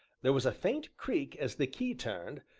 there was a faint creak as the key turned,